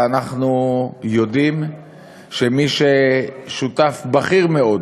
ואנחנו יודעים שמי ששותף בכיר מאוד